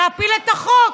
להפיל את החוק.